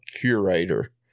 curator